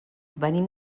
venim